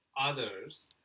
others